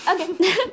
Okay